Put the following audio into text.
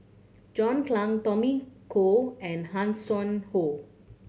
John Clang Tommy Koh and Hanson Ho